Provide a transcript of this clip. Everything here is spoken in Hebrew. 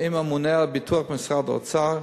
עם הממונה על הביטוח במשרד האוצר,